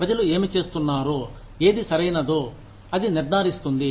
ప్రజలు ఏమి చేస్తున్నారో ఏది సరైనదో అది నిర్ధారిస్తుంది